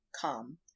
come